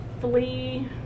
flee